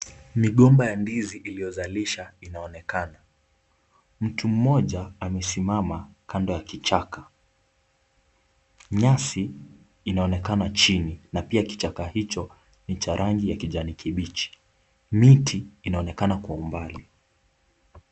Migomba ya ndizi iliyozalisha inaonekana. Mtu mmoja amesimama kando ya kichaka. Nyasi inaonekana chini na pia kichaka hicho ni cha rangi ya kijani kibichi. Miti inaonekana kwa umbali.